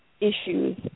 issues